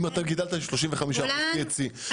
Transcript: אם אתה גידלת 35 אחוזים THC --- גולן,